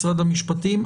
משרד המשפטים,